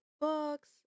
books